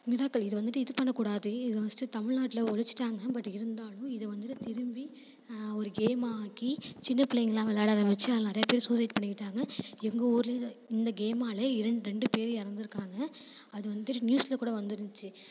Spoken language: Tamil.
மிராக்கல் இது வந்துட்டு இது பண்ணக் கூடாது இது ஃபஸ்ட்டு தமிழ்நாட்டில் ஒழிச்சிட்டாங்க பட் இருந்தாலும் இதை வந்துட்டு திரும்பி ஒரு கேம் ஆக்கி சின்ன பிள்ளைங்கள்லாம் விளாட ஆரம்பித்து அதில் நிறைய பேர் சூசைட் பண்ணிக்கிட்டாங்க எங்கள் ஊர்லேயும் இதை இந்த கேம்மால் இரண்டு ரெண்டு பேர் இறந்துருக்காங்க அது வந்து நியூஸில் கூட வந்துருந்துச்சி